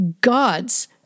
God's